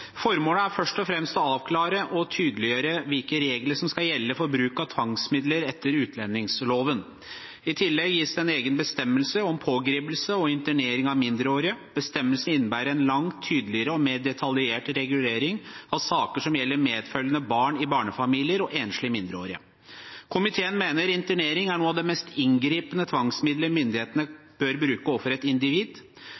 Formålet er først og fremst å avklare og tydeliggjøre hvilke regler som skal gjelde for bruk av tvangsmidler etter utlendingsloven. I tillegg gis det en egen bestemmelse om pågripelse og internering av mindreårige. Bestemmelsen innebærer en langt tydeligere og mer detaljert regulering av saker som gjelder medfølgende barn i barnefamilier og enslige mindreårige. Komiteen mener internering er noe av det mest inngripende tvangsmidlet myndighetene